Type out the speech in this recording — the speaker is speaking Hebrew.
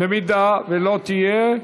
אם לא תהיה,